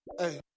hey